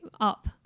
up